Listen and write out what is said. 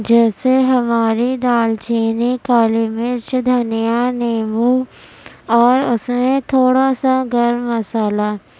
جیسے ہماری دال چینی کالی مرچ دھنیا نیبو اور اس میں تھوڑا سا گرم مسالہ